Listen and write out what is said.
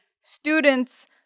students